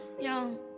young